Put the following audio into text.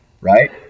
right